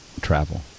travel